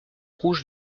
rouge